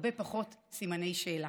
הרבה פחות סימני שאלה.